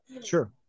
Sure